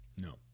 No